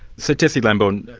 so, tessie lambourne,